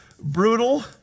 Brutal